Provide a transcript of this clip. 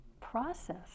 process